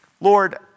Lord